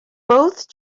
both